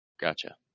Gotcha